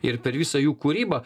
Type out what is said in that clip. ir per visą jų kūrybą